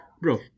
bro